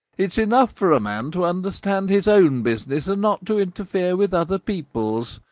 it's enough for a man to understand his own business, and not to interfere with other people's.